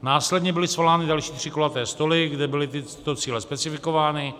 Následně byly svolány další tři kulaté stoly, kde byly tyto cíle specifikovány.